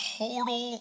total